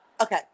Okay